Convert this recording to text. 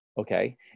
okay